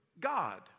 God